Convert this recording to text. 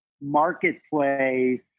marketplace